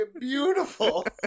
beautiful